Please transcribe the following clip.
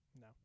No